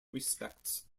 respects